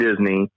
Disney